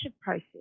process